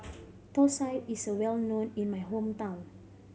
thosai is well known in my hometown